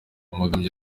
amagambo